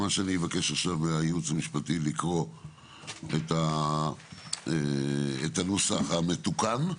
אני אבקש עכשיו מהייעוץ המשפטי לקרוא את הנוסח המתוקן,